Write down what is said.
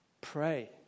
Pray